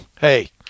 Hey